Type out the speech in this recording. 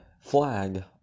flag